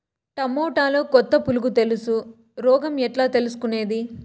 టమోటాలో కొత్త పులుగు తెలుసు రోగం ఎట్లా తెలుసుకునేది?